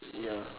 ya